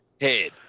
head